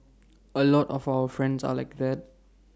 A lot of our friends are like that